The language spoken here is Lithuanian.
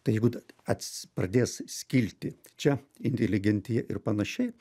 tai jeigu ta ats pradės skilti čia inteligentija ir panašiai